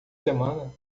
semana